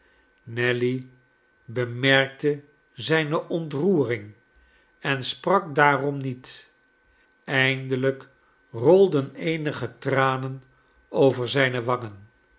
nelly bemerkte zijne ontroering en sprak daarom niet eindelijk rolden eenige tranen over zijne wangen